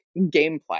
gameplay